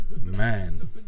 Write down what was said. Man